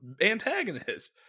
antagonist